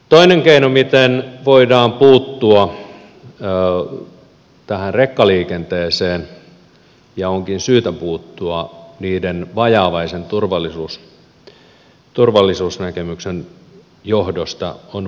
toinen keino miten voidaan puuttua tähän rekkaliikenteeseen ja onkin syytä puuttua niiden vajavaisen turvallisuusnäkemyksen johdosta on poliisin resurssit